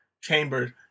chambers